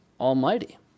almighty